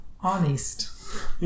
honest